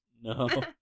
No